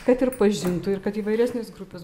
kad ir pažintų ir kad įvairesnės grupės